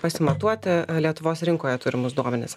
pasimatuoti lietuvos rinkoje turimus duomenis